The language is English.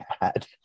bad